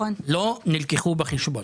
לא נלקחו בחשבון.